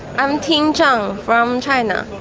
i'm ting zhang from china.